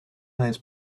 lines